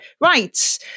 right